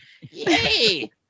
Yay